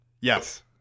Yes